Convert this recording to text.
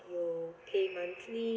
you pay monthly